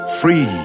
Free